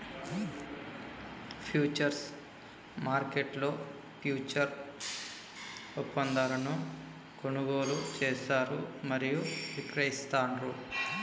futures మార్కెట్లో futures ఒప్పందాలను కొనుగోలు చేస్తారు మరియు విక్రయిస్తాండ్రు